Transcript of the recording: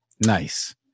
Nice